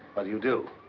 what do you do?